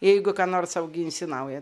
jeigu ką nors auginsi naują